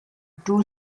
two